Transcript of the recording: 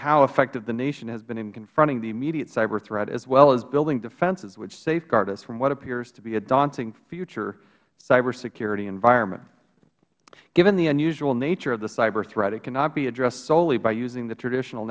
how effective the nation has been in confronting the immediate cyber threat as well as building defenses which safeguard us from what appears to be a daunting future cyber security environment given the unusual nature of the cyber threat it cannot be addressed solely by using the traditional